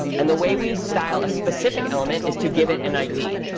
and the way we style a specific element is to give it an id.